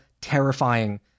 terrifying